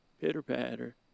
Pitter-patter